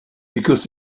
because